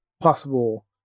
possible